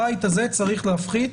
הבית הזה צריך להפחית